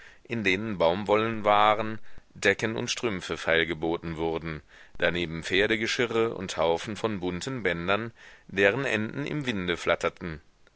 in denen baumwollenwaren decken und strümpfe feilgeboten wurden daneben pferdegeschirre und haufen von bunten bändern deren enden im winde flatterten